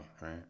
right